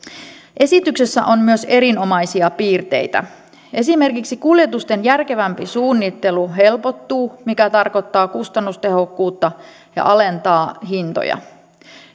esityksessä on myös erinomaisia piirteitä esimerkiksi kuljetusten järkevämpi suunnittelu helpottuu mikä tarkoittaa kustannustehokkuutta ja alentaa hintoja